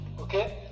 okay